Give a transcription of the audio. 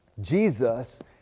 Jesus